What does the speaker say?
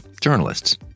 journalists